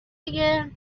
دیگه